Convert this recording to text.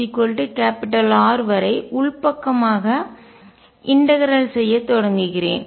r R வரை உள்பக்கமாக இன்டகரல்ஒருங்கிணைக்க செய்ய தொடங்குகிறேன்